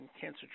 cancer